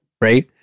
Right